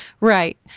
Right